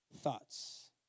thoughts